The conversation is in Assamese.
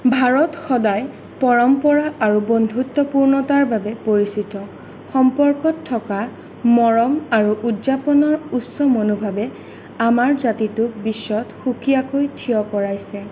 ভাৰত সদায় পৰম্পৰা আৰু বন্ধুত্বপূৰ্ণতাৰ বাবে পৰিচিত সম্পৰ্কত থকা মৰম আৰু উদযাপনৰ উচ্চ মনোভাৱে আমাৰ জাতিটোক বিশ্বত সুকীয়াকৈ থিয় কৰাইছে